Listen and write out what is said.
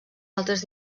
altres